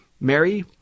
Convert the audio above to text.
Mary